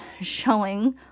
showing